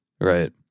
right